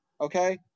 Okay